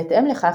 בהתאם לכך,